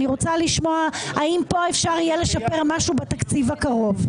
אני רוצה לשמוע האם פה אפשר יהיה לשפר משהו בתקציב הקרוב?